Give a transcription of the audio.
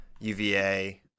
UVA